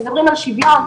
כשמדברים על שיוויון,